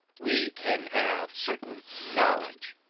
we can have certain knowledge.